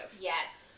Yes